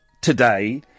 today